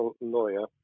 lawyer